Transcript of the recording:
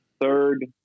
third